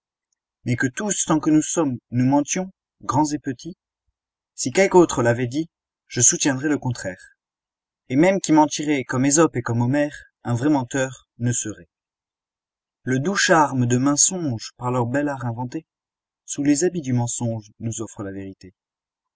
mais que tous tant que nous sommes nous mentions grand et petit si quelque autre l'avait dit je soutiendrais le contraire et même qui mentirait comme ésope et comme homère un vrai menteur ne serait le doux charme de maint songe par leur bel art inventé sous les habits du mensonge nous offre la vérité